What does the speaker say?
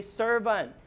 servant